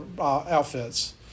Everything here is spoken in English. outfits